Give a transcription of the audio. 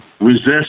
resist